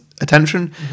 attention